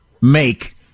make